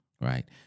right